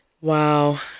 Wow